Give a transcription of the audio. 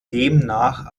demnach